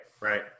Right